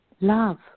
Love